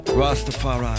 Rastafari